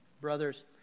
Brothers